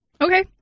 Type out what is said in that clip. Okay